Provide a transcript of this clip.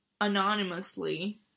anonymously